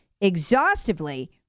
exhaustively